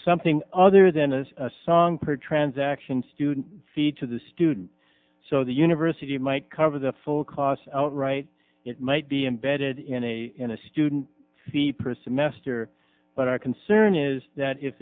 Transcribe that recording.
something other than a song per transaction student fee to the student so the university might cover the full cost outright it might be embedded in a in a student the person mester but our concern is that if